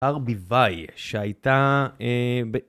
ברביבאי, שהייתה...